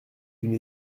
d’une